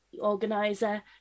organizer